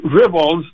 rebels